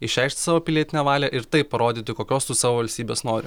išreikšti savo pilietinę valią ir taip parodyti kokios tu savo valstybės nori